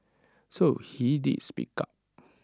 so he did speak up